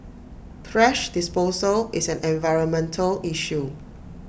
thrash disposal is an environmental issue